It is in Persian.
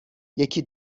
یکی